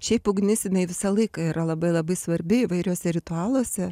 šiaip ugnis jinai visą laiką yra labai labai svarbi įvairiuose ritualuose